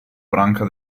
branca